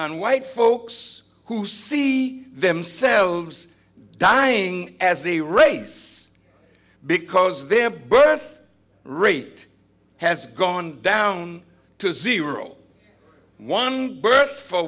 and white folks who see themselves dying as a race because their birth rate has gone down to zero one birth for